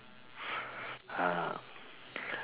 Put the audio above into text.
ah